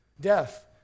Death